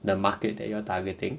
the market that you are targeting